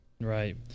Right